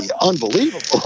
unbelievable